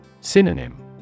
Synonym